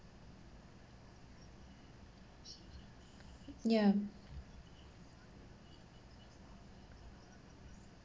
yeah